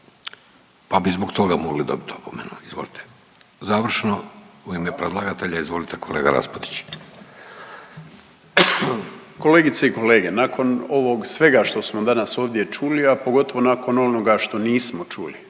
Pa bi zbog toga mogli dobiti opomenu. Izvolite. Završno u ime predlagatelja izvolite kolega Raspudić. **Raspudić, Nino (MOST)** Kolegice i kolege, nakon ovog svega što smo danas ovdje čuli, a pogotovo nakon onoga što nismo čuli,